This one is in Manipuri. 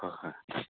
ꯍꯣꯏ ꯍꯣꯏ